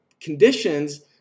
conditions